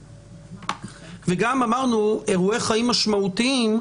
וגם אמרנו אירועי חיים משמעותיים,